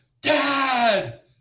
dad